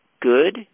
good